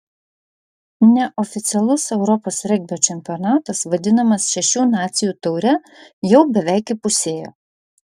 neoficialus europos regbio čempionatas vadinamas šešių nacijų taure jau beveik įpusėjo